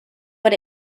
what